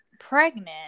pregnant